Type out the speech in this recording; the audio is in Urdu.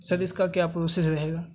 سر اس کا کیا پروسیس رہے گا